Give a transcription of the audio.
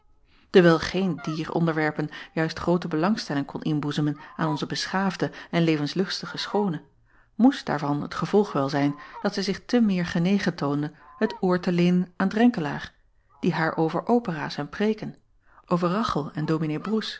ewijl geen dier onderwerpen juist groote belangstelling kon inboezemen aan onze beschaafde en levenslustige schoone moest daarvan het gevolg wel zijn dat zij zich te meer genegen toonde het oor te leenen aan renkelaer die haar over operaas en preêken over achel en